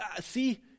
see